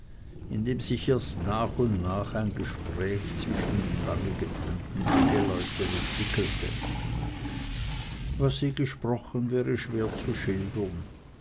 indem sich erst nach und nach ein gespräch zwischen den lange getrennten eheleuten entwickelte was sie gesprochen wäre schwer zu schildern